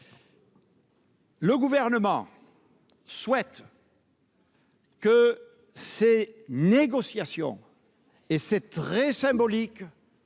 Le Gouvernement souhaite que ces négociations, et c'est symbolique,